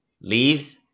Leaves